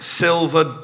silver